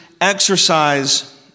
exercise